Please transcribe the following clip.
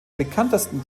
bekanntesten